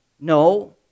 No